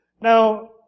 Now